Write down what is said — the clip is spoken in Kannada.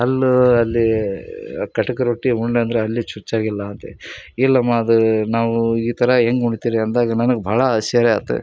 ಹಲ್ಲು ಅಲ್ಲಿ ಖಡಕ್ ರೊಟ್ಟಿ ಉಣ್ಣು ಅಂದರೆ ಹಲ್ಲಿಗೆ ಚುಚ್ಚದಿಲ್ಲ ಅಂದೆ ಇಲ್ಲಮ್ಮ ಅದು ನಾವು ಈ ಥರ ಹೆಂಗ್ ಉಣ್ತೀರಿ ಅಂದಾಗ ನನಗೆ ಭಾಳ ಆಶ್ಚರ್ಯ ಆಯ್ತು